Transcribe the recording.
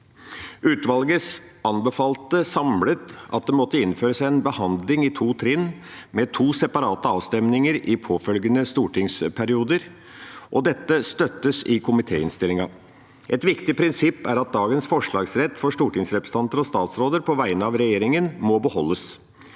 utvalg anbefalte at det måtte innføres en behandling i to trinn, med to separate avstemninger i påfølgende stortingsperioder. Dette støttes i komitéinnstillinga. Et viktig prinsipp er at dagens forslagsrett for stortingsrepresentanter og for statsråder på vegne av regjeringa må beholdes.